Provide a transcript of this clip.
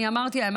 אני אמרתי להן,